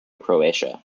croatia